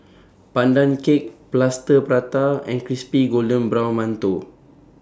Pandan Cake Plaster Prata and Crispy Golden Brown mantou